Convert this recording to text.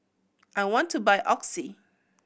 I want to buy Oxy